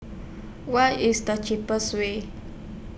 What IS The cheapest Way